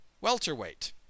Welterweight